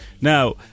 now